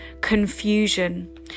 confusion